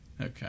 okay